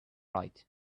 right